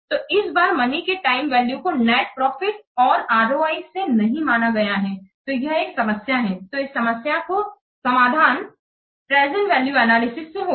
तो इस बार मनी के टाइम वैल्यू को नेट प्रॉफिट और ROI में नहीं माना गया है तो यह एक समस्या है तो इस समस्या को समाधान प्रेजेंट वैल्यू एनालिसिस से होगा